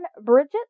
Bridget